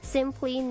Simply